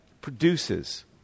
produces